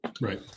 Right